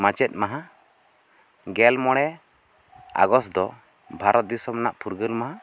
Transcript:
ᱢᱟᱪᱮᱫ ᱢᱟᱦᱟ ᱜᱮᱞ ᱢᱚᱬᱮ ᱟᱜᱚᱥᱴ ᱫᱚ ᱵᱷᱟᱨᱚᱛ ᱫᱤᱥᱚᱢ ᱨᱮᱱᱟᱜ ᱯᱷᱩᱨᱜᱟᱹᱞ ᱢᱟᱦᱟ